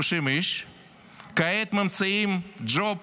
כעת ממציאים ג'וב